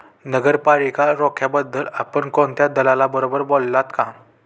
नगरपालिका रोख्यांबद्दल आपण कोणत्या दलालाबरोबर बोललात का?